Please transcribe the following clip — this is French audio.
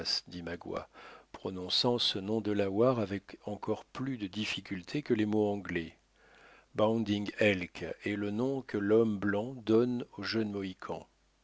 prononçant ce nom delaware avec encore plus de difficulté que les mots anglais bounding elk est le nom que l'homme blanc donne au jeune mohican